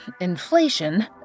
inflation